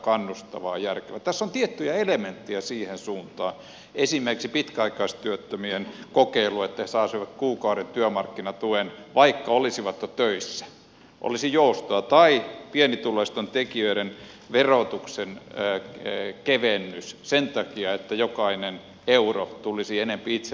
tässä on tiettyjä elementtejä siihen suuntaan esimerkiksi pitkäaikaistyöttömien kokeilu jossa he saisivat kuukauden työmarkkinatuen vaikka olisivat jo töissä olisi joustoa tai pienituloisten työntekijöiden verotuksen kevennys sen takia että pienituloiselle jokainen euro tulisi enempi itselle